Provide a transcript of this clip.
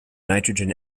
nitrogen